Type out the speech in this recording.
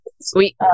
Sweet